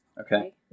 Okay